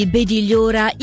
Bedigliora